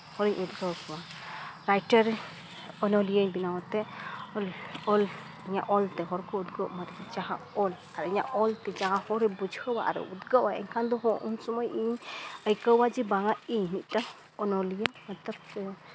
ᱦᱚᱲᱤᱧ ᱩᱫᱽᱜᱟᱹᱣ ᱠᱚᱣᱟ ᱨᱟᱭᱴᱟᱨ ᱨᱮ ᱚᱱᱚᱞᱤᱭᱟᱹᱧ ᱵᱮᱱᱟᱣ ᱛᱮ ᱚᱞ ᱚᱞ ᱤᱹᱟᱹᱜ ᱚᱞᱛᱮ ᱦᱚᱲ ᱠᱚ ᱩᱫᱽᱜᱟᱹᱜ ᱢᱟ ᱡᱟᱦᱟᱸ ᱚᱞ ᱟᱨ ᱤᱧᱟᱹᱜ ᱚᱞᱛᱮ ᱡᱟᱦᱟᱸ ᱦᱚᱲᱮ ᱵᱩᱡᱷᱟᱹᱣᱟ ᱟᱨᱮᱭ ᱩᱫᱷᱜᱟᱹᱣᱟ ᱮᱱᱠᱷᱟᱱ ᱫᱚ ᱩᱱ ᱥᱚᱢᱚᱭ ᱤᱧ ᱟᱹᱭᱠᱟᱹᱣᱟ ᱡᱮ ᱵᱟᱝᱼᱟ ᱤᱧ ᱢᱤᱫᱴᱟᱝ ᱚᱱᱚᱞᱤᱭᱟᱹᱧ ᱢᱮᱛᱟ ᱠᱚᱣᱟ